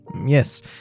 Yes